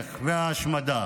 החושך וההשמדה,